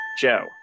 Joe